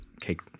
cake